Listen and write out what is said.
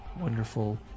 wonderful